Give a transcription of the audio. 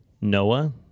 Noah